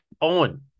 Owen